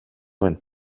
went